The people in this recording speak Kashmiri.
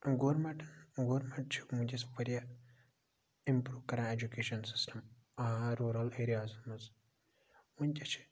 گورمنٹ گورمنٹ چھ ونکیٚس واریاہ اِمپروٗو کَران ایجُکیشَن سِسٹَم روٗرَل ایریازَن مَنٛز ونکیٚس چھِ